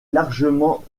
largement